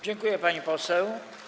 Dziękuję, pani poseł.